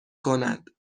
کند